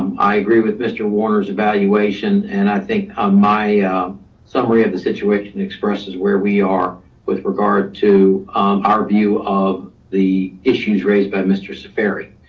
i agree with mr. warner's evaluation. and i think ah my summary of the situation expresses where we are with regard to our view of the issues raised by mr. so cifferie.